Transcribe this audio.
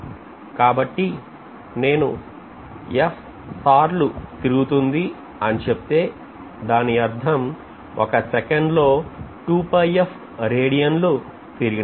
కాబట్టి నేను f సార్లు తిరిగింది అని చెప్తే దాని అర్థం ఒక్క సెకండ్ లో రేడియన్ లు తిరిగినట్లే